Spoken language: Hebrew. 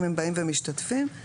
אם הם באים ומשתתפים זה לא חל עליהם.